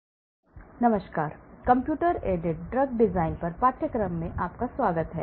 सभी को नमस्कार कंप्यूटर एडेड ड्रग डिज़ाइन पर पाठ्यक्रम में आपका स्वागत है